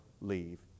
leave